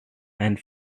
and